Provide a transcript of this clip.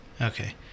Okay